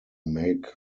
make